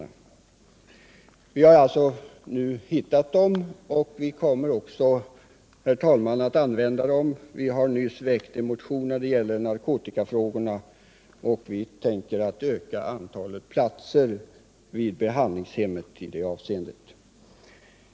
Men vi har alltså nu hittat dem, och vi kommer också, herr talman, att använda dem. Vi har nyss väckt en motion som gäller narkotikafrågorna och tänker öka antalet platser vid behandlingshemmen i det avseendet.